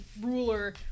ruler